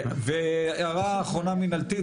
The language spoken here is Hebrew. הערה אחרונה מנהלתית.